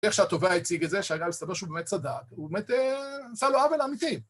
איך שהטובה הציגה זה שהגל סתם לא שהוא באמת צדק, הוא באמת, הוא עשה לו עול אמיתי.